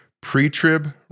pre-trib